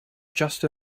just